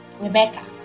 rebecca